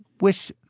wish